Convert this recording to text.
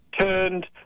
turned